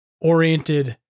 oriented